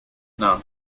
known